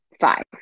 five